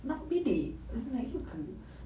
nampak bedek I'm like ye ke